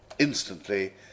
Instantly